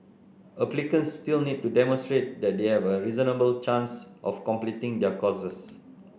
applicants still need to demonstrate that they have a reasonable chance of completing their courses